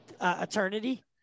Eternity